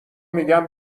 میگم